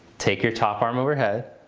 take your top arm overhead.